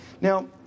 Now